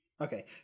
Okay